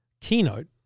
keynote